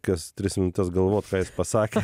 kas tris minutes galvot pasakė